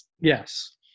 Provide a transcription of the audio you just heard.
yes